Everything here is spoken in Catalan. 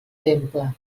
temple